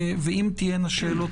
ואם תהיינה שאלות,